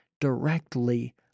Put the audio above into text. directly